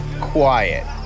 quiet